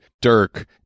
Dirk